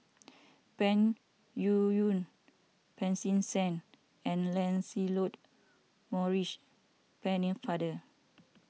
Peng Yuyun Pancy Seng and Lancelot Maurice Pennefather